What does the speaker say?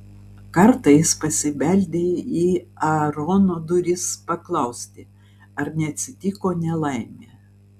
kartą jis pasibeldė į aarono duris paklausti ar neatsitiko nelaimė